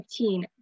15